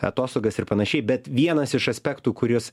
atostogas ir panašiai bet vienas iš aspektų kuris